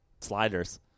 sliders